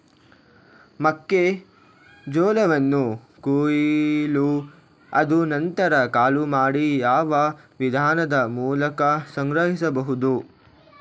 ಮೆಕ್ಕೆ ಜೋಳವನ್ನು ಕೊಯ್ಲು ಆದ ನಂತರ ಕಾಳು ಮಾಡಿ ಯಾವ ವಿಧಾನದ ಮೂಲಕ ಸಂಗ್ರಹಿಸಬಹುದು?